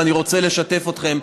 ואני רוצה לשתף אתכם,